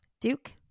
Duke